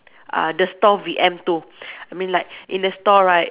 uh the store V_M too I mean like in the store right